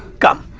come,